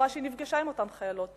שאמרה שהיא נפגשה עם אותן חיילות.